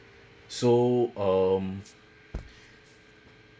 so um